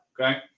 okay